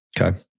Okay